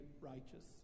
righteous